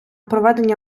проведення